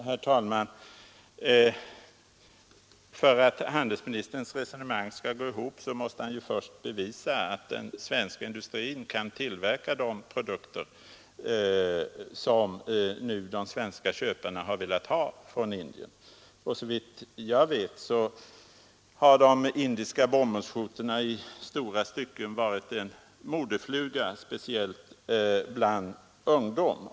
Herr talman! För att handelsministerns resonemang skall gå ihop måste han först bevisa att den svenska industrin kan tillverka de produkter som de svenska köparna velat ha från Indien. Såvitt jag vet har de indiska bomullsskjortorna varit en modefluga, speciellt bland ungdom.